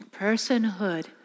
personhood